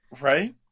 Right